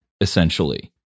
essentially